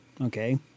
Okay